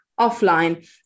offline